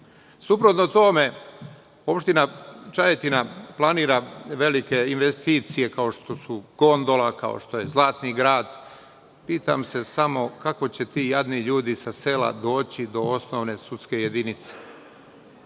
doći. Suprotno tome, Opština Čajetina planira velike investicije kao što su gondola, kao što je Zlatni grad. Pitam se samo kako će ti jadni ljudi sa sela doći do osnovne sudske jedinice.